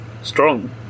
Strong